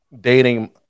dating